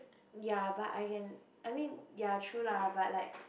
ya but I can I mean ya true lah but like